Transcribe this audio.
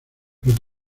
pero